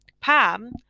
Pam